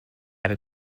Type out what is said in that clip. epic